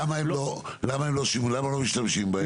למה לא משתמשים בו?